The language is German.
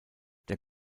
der